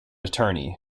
attorney